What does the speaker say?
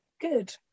good